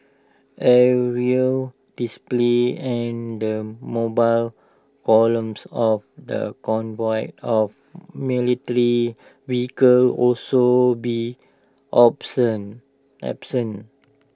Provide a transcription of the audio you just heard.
aerial displays and the mobile columns of the convoy of vehicles also be absent